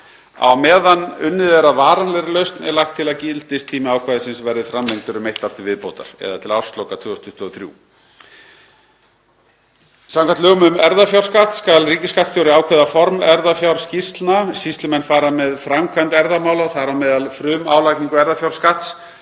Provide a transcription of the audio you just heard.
Á meðan unnið er að varanlegri lausn er lagt til að gildistími ákvæðisins verði framlengdur um eitt ár til viðbótar, eða til ársloka 2023. Samkvæmt lögum um erfðafjárskatt skal ríkisskattstjóri ákveða form erfðafjárskýrslna. Sýslumenn fara með framkvæmd erfðamála, þar á meðal frumálagningu erfðafjárskatts.